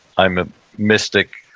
i'm a mystic,